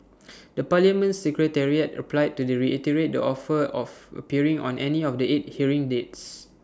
the parliament secretariat replied to the reiterate the offer of appearing on any of the eight hearing dates